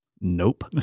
Nope